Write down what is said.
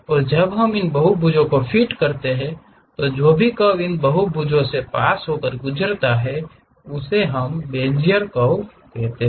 और जब हम इन बहुभुजों को फिट कर रहे होते हैं तो जो भी कर्व इन बहुभुजों को पार करने से गुजरता है उसे ही हम बेज़ियर कर्व्स बनाते हैं